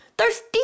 Thirsty